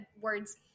words